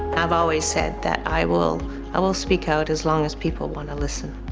i've always said that i will i will speak out as long as people want to listen.